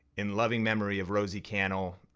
in loving memory of rosie cannell,